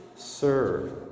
Serve